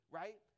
right